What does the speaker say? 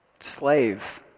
Slave